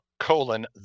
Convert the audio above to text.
colon